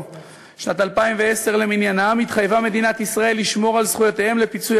2010 התחייבה מדינת ישראל לשמור על זכויותיהם לפיצוי